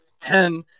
ten